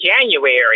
January